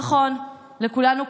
נכון, לכולנו כואב,